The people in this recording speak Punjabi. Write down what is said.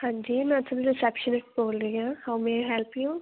ਹਾਂਜੀ ਮੈਂ ਉੱਥੋਂ ਦੀ ਰਿਸੈਪਸ਼ਨਿਸਟ ਬੋਲ ਰਹੀ ਹਾਂ how may I help you